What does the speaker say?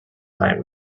night